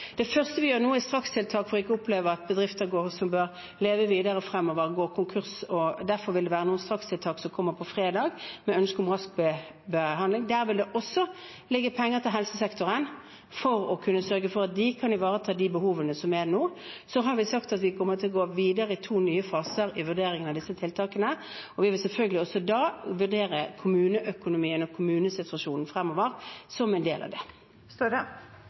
Det første vi nå gjør, er strakstiltak for ikke å oppleve at bedrifter som bør leve videre fremover, går konkurs. Derfor vil det være noen strakstiltak som kommer fredag, med ønske om rask behandling. Der vil det også ligge penger til helsesektoren for å kunne sørge for at de kan ivareta de behovene som nå er. Så har vi sagt at vi kommer til å gå videre i to nye faser i vurderingene av disse tiltakene, og vi vil selvfølgelig også vurdere kommuneøkonomien og kommunesituasjonen fremover som en del av det. Jonas Gahr Støre